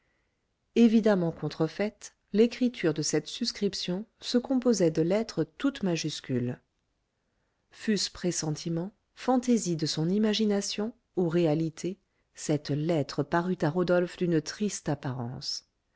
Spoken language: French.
évidemment contrefaite l'écriture de cette suscription se composait de lettres toutes majuscules fut-ce pressentiment fantaisie de son imagination ou réalité cette lettre parut à rodolphe d'une triste apparence